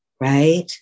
right